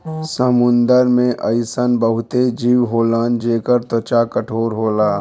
समुंदर में अइसन बहुते जीव होलन जेकर त्वचा कठोर होला